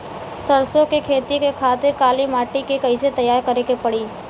सरसो के खेती के खातिर काली माटी के कैसे तैयार करे के पड़ी?